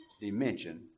dimension